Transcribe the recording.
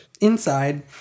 inside